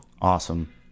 awesome